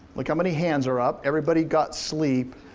look how many hands are up. everybody got sleep.